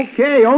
Okay